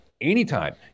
Anytime